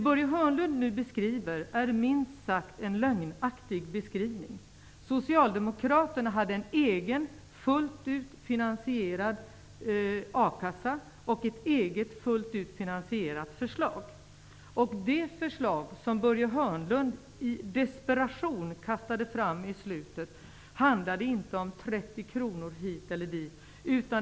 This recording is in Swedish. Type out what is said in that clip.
Börje Hörnlund ger en minst sagt lögnaktig beskrivning. Socialdemokraterna hade ett eget fullt ut finansierat förslag på a-kassa. Det förslag som Börje Hörnlund i desperation kastade fram i slutet handlade inte om 30 kr hit eller dit.